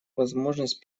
возможность